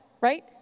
right